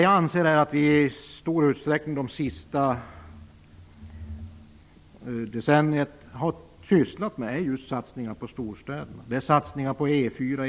Jag anser att vi i stor utsträckning under det senaste decenniet har sysslat med satsningar på just storstäderna.